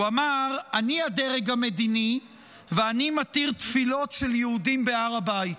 הוא אמר: אני הדרג המדיני ואני מתיר תפילות של יהודים בהר הבית.